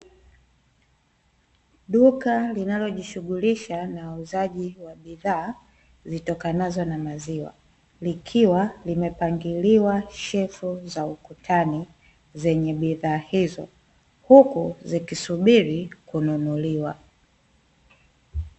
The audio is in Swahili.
Duka linalojishughulisha na uuzaji wa bidhaa, zitokanazo na maziwa, likiwa limepangiliwa shelfu za ukutani, zenye bidhaa hizo, huku zikisubiri kununuliwa.